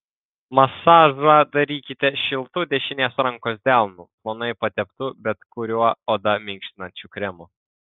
masažą darykite šiltu dešinės rankos delnu plonai pateptu bet kuriuo odą minkštinančiu kremu